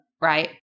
Right